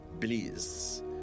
Please